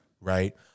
Right